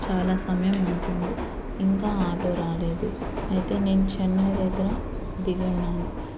చాలా సమయం అవుతుంది ఇంకా ఆటో రాలేదు అయితే నేను చెన్నై దగ్గర దిగినాను